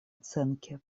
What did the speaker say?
оценки